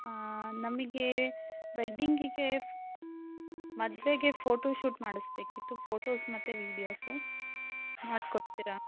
ನಮಗೆ ವೆಡ್ಡಿಂಗಿಗೆ ಮದುವೆಗೆ ಫೋಟೋಶೂಟ್ ಮಾಡಿಸಬೇಕಿತ್ತು ಫೋಟೋಸ್ ಮತ್ತು ವೀಡಿಯೋಸ್ ಮಾಡಿಕೊಡ್ತೀರಾ